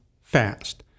fast